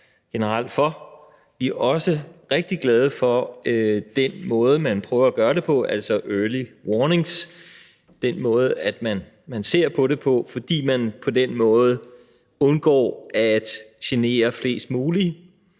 Vi er også rigtig glade for den måde, som man prøver at gøre det på, altså early warnings, og den måde, som man ser på det på, fordi man på den måde undgår at genere flest mulige.